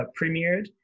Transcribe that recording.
premiered